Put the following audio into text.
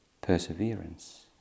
perseverance